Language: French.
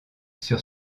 sur